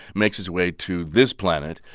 makes his way to this planet.